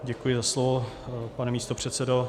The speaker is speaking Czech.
Děkuji za slovo, pane místopředsedo.